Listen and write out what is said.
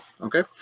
okay